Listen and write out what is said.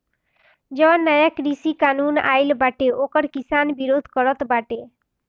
जवन नया कृषि कानून आइल बाटे ओकर किसान विरोध करत बाटे